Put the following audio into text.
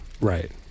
right